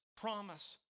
promise